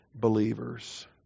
believers